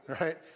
right